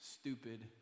stupid